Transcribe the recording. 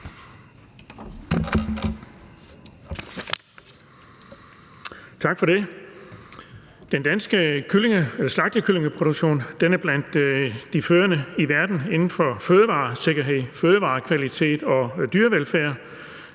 Tak for det. Den danske slagtekyllingeproduktion er blandt de førende i verden inden for fødevaresikkerhed, fødevarekvalitet og dyrevelfærd.